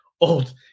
old